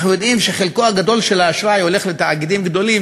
אנחנו יודעים שחלקו הגדול של האשראי הולך לתאגידים גדולים,